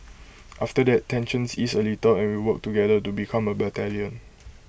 after that tensions ease A little and we work together to become A battalion